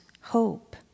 hope